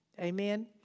Amen